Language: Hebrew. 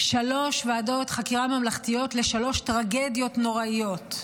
שלוש ועדות חקירה ממלכתיות לשלוש טרגדיות נוראיות.